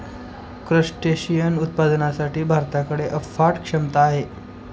crustacean उत्पादनासाठी भारताकडे अफाट क्षमता आहे